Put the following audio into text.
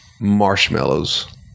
Marshmallows